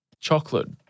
chocolate